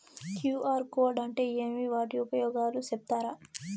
QR code అంటే ఏమి వాటి ఉపయోగాలు సెప్తారా?